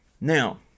Now